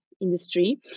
industry